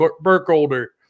Burkholder